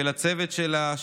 ולצוות שלה,